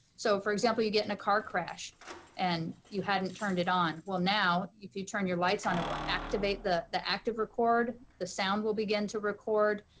so for example, you get in a car crash and you hadn't turned it on. well now, if you turn your lights on it will activate the the active record, the sound will begin to record,